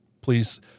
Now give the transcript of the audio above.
please